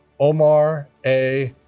omar a.